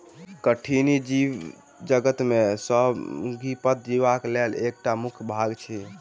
कठिनी जीवजगत में संधिपाद जीवक लेल एकटा मुख्य भाग अछि